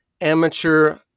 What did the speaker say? amateur